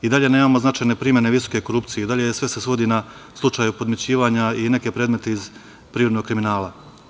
I dalje nemamo značajne primene visoke korupcije i dalje se sve svodi na slučaj podmićivanja i neke predmete iz privrednog kriminala.